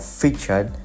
featured